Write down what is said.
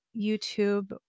YouTube